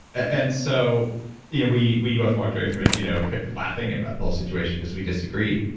and so you know we we both walked away from it you know laughing about the whole situation because we disagree,